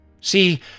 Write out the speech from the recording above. See